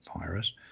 virus